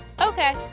Okay